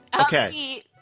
Okay